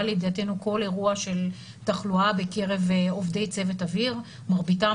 לידיעתנו כל אירוע של תחלואה בקרב עובדי צוות אוויר אבל מרביתם